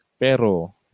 Pero